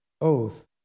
oath